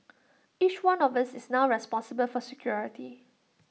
each one of us is now responsible for security